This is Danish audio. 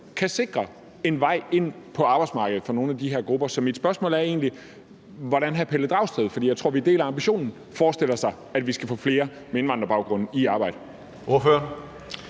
kan sikre en vej ind på arbejdsmarkedet for nogle af de her grupper. Så mit spørgsmål er egentlig, hvordan hr. Pelle Dragsted, for jeg tror, vi deler ambitionen, forestiller sig vi skal få flere med indvandrerbaggrund i arbejde.